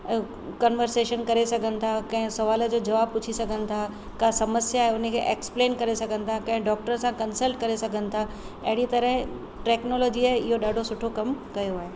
conversation करे सघनि था कंहिं सवालनि जो जवाबु पुछी सघनि था का समस्या आहे उन खे एक्सप्लेन करे सघनि था कंहिं डॉक्टर सां कंसल्ट करे सघनि था अहिड़ीअ तरह टेक्नोलॉजीअ इहो ॾाढो सुठो कमु कयो आहे